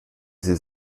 sie